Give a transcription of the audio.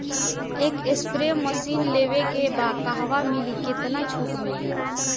एक spray machine लेवे के बा कहवा मिली केतना छूट मिली?